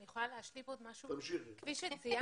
כפי שציינת,